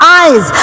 eyes